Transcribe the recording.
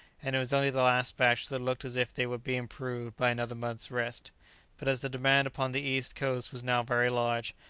and it was only the last batch that looked as if they would be improved by another month's rest but as the demand upon the east coast was now very large,